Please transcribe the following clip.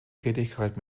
tätigkeit